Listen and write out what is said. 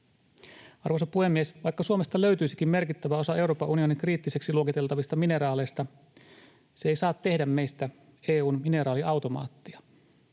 Arvoisa puhemies! Vaikka Suomesta löytyisikin merkittävä osa Euroopan unionin kriittisiksi luokiteltavista mineraaleista, se ei saa tehdä meistä EU:n mineraaliautomaattia.